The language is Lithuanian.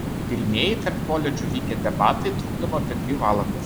pirmieji tarp koledžų vykę debatai trukdavo apie dvi valandas